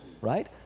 right